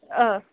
औ